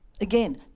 again